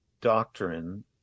doctrine